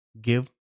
give